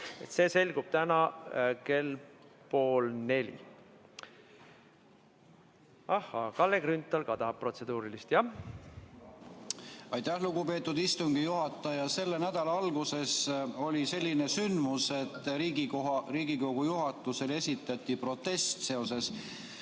See selgub täna kell pool neli. Ahaa, Kalle Grünthal ka tahab protseduurilist. Aitäh, lugupeetud istungi juhataja! Selle nädala alguses oli selline sündmus, et Riigikogu juhatusele esitati protest seoses